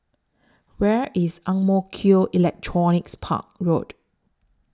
Where IS Ang Mo Kio Electronics Park Road